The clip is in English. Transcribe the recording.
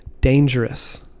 dangerous